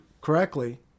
correctly